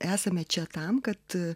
esame čia tam kad